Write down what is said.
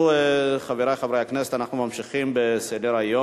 אם כן, בעד, 13, אין מתנגדים.